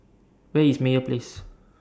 Where IS Meyer Place